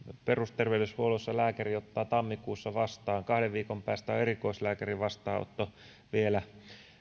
perusterveydenhuollossa lääkäri ottaa tammikuussa vastaan kahden viikon päästä on erikoislääkärin vastaanotto vielä